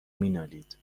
مینالید